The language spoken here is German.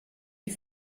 die